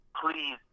please